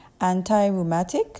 anti-rheumatic